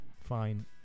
fine